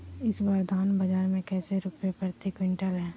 इस बार धान बाजार मे कैसे रुपए प्रति क्विंटल है?